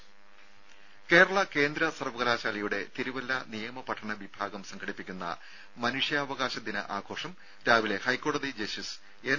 രും കേരള കേന്ദ്ര സർവ്വകലാശാലയുടെ തിരുവല്ല നിയമ പഠന വിഭാഗം സംഘടിപ്പിക്കുന്ന മനുഷ്യാവകാശദിന ആഘോഷം രാവിലെ ഹൈക്കോടതി ജസ്റ്റിസ് എൻ